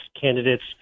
candidates